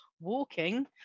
walking